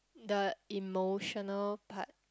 the emotional part